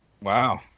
Wow